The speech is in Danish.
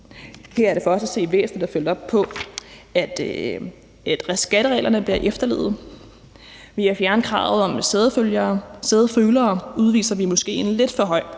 Her er det for os at se væsentligt at følge op på, at skattereglerne bliver efterlevet. Ved at fjerne kravet om sædefølere udviser vi måske en lidt for stor